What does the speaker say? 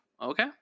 okay